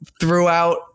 throughout